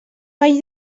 vall